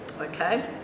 okay